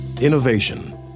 Innovation